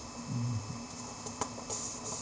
mm